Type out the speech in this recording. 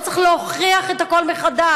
לא צריך להוכיח את הכול מחדש.